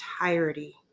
entirety